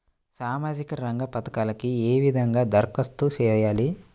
సామాజిక రంగ పథకాలకీ ఏ విధంగా ధరఖాస్తు చేయాలి?